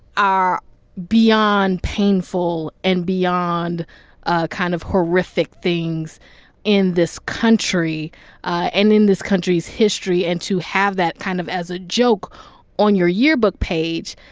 are beyond painful and beyond ah kind of horrific things in this country and in this country's history. and to have that kind of as a joke on your yearbook page,